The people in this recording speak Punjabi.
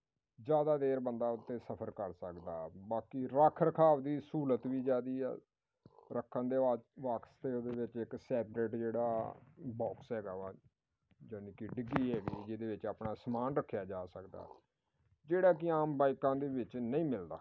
ਜ਼ਿਆਦਾ ਦੇਰ ਬੰਦਾ ਉੱਤੇ ਸਫ਼ਰ ਕਰ ਸਕਦਾ ਬਾਕੀ ਰੱਖ ਰਖਾਵ ਦੀ ਸਹੂਲਤ ਵੀ ਜਿਆਦੀ ਆ ਰੱਖਣ ਦੇ ਬਾ ਬਾਕਸ ਅਤੇ ਉਸ ਦੇ ਵਿੱਚ ਇੱਕ ਸੈਪਰੇਟ ਜਿਹੜਾ ਬੋਕਸ ਹੈਗਾ ਵਾ ਯਾਨੀ ਕਿ ਡਿੱਗੀ ਹੈਗੀ ਜਿਸ ਦੇ ਵਿੱਚ ਆਪਣਾ ਸਮਾਨ ਰੱਖਿਆ ਜਾ ਸਕਦਾ ਜਿਹੜਾ ਕਿ ਆਮ ਬਾਈਕਾਂ ਦੇ ਵਿੱਚ ਨਹੀਂ ਮਿਲਦਾ